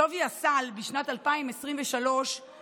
שווי הסל בשנת 2023 גדל,